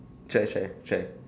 shy shy shy